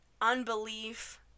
unbelief